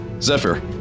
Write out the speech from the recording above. Zephyr